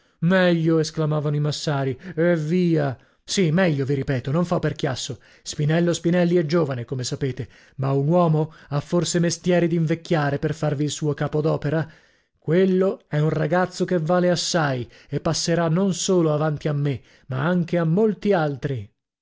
meglio esclamavano i massari eh via sì meglio vi ripeto non fo per chiasso spinello spinelli è giovane come sapete ma un uomo ha forse mestieri d'invecchiare per farvi il suo capo d'opera quello è un ragazzo che vale assai e passerà non solo avanti a me ma anche a molti altri